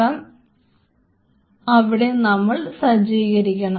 M അവിടെ നമ്മൾ സജ്ജീകരിക്കണം